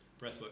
breathwork